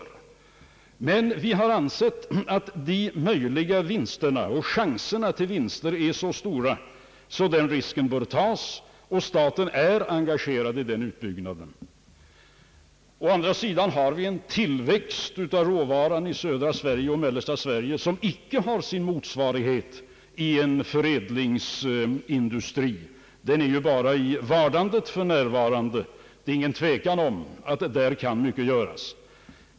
Vi har emellertid ansett att de möjliga vinsterna och chanserna till vinsterna är så stora att den risken bör tas, och staten är engagerad i den utbyggnaden. Å andra sidan har vi en tillväxt av råvaran i södra och mellersta Sverige som inte har sin motsvarighet i en förädlingsindustri. Denna befinner sig ju för närvarande bara i vardandet. Det är ingen tvekan om att där kan mycket göras.